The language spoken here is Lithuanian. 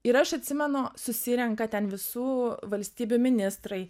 ir aš atsimenu susirenka ten visų valstybių ministrai